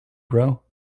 grow